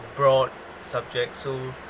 broad subject so